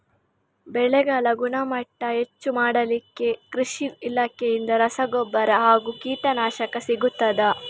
ಬೆಳೆಗಳ ಗುಣಮಟ್ಟ ಹೆಚ್ಚು ಮಾಡಲಿಕ್ಕೆ ಕೃಷಿ ಇಲಾಖೆಯಿಂದ ರಸಗೊಬ್ಬರ ಹಾಗೂ ಕೀಟನಾಶಕ ಸಿಗುತ್ತದಾ?